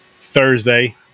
Thursday